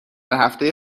هفته